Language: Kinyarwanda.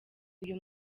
uyu